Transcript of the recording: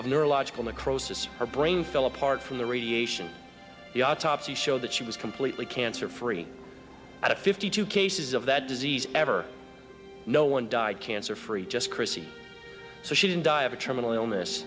of neurological necrosis her brain fell apart from the radiation the autopsy showed that she was completely cancer free at fifty two cases of that disease ever no one died cancer free just chrissie so she didn't die of a terminal illness